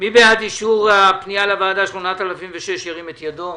מי בעד אישור הפניה לוועדה 8006 ירים את ידו?